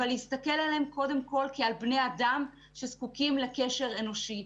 אבל להסתכל עליהם קודם כול כעל בני אדם שזקוקים לקשר אנושי.